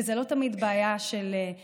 וזו לא תמיד בעיה כלכלית,